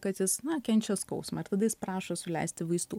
kad jis na kenčia skausmą ir tada jis prašo suleisti vaistų